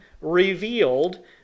revealed